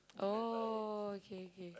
oh okay okay